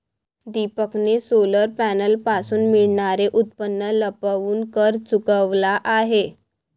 दीपकने सोलर पॅनलपासून मिळणारे उत्पन्न लपवून कर चुकवला आहे